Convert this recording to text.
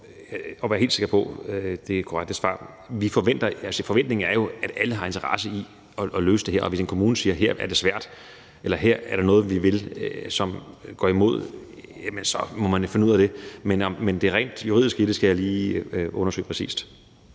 at være helt sikker på det korrekte svar. Altså, forventningen er jo, at alle har en interesse i at løse det her, og hvis en kommune siger, at her er det svært, eller at her er der noget, vi vil, som går imod, så må man jo finde ud af det. Men det rent juridiske i det skal jeg lige undersøge præcist.